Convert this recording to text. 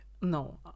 no